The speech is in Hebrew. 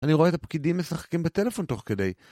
אני רואה את הפקידים משחקים בטלפון תוך כדי